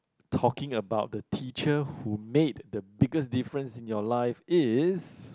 talking about the teacher who made the biggest difference in your life is